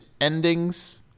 endings